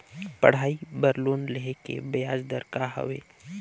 पढ़ाई बर लोन लेहे के ब्याज दर का हवे?